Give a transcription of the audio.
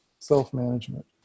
self-management